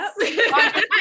yes